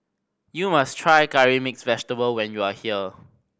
you must try Curry Mixed Vegetable when you are here